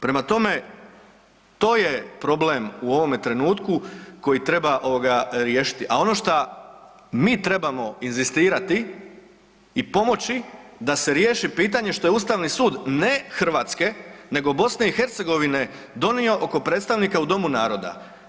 Prema tome, to je problem u ovome trenutku koji treba ovoga riješiti, a šta mi trebamo inzistirati i pomoći da se riješi pitanje što je ustavni sud ne Hrvatske nego BiH donio oko predstavnika u domu naroda.